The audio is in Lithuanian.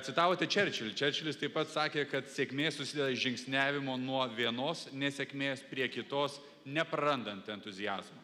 citavote čerčilį čerčilis taip pat sakė kad sėkmė susideda iš žingsniavimo nuo vienos nesėkmės prie kitos neprarandant entuziazmo